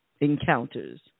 encounters